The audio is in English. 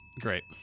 Great